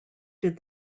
did